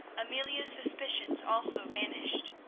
amelia's suspicions also vanished.